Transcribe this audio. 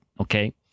okay